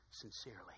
sincerely